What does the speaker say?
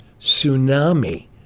tsunami